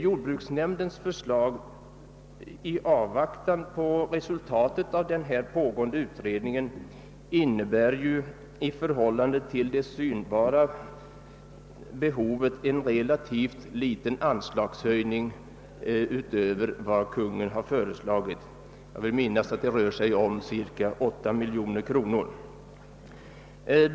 Jordbruksnämndens förslag i avvaktan på den pågående utredningen innebär i förhållande till det synbara behovet en relativt liten anslagshöjning utöver vad Kungl. Maj:t har föreslagit — det rör sig om cirka 8 miljoner kronor.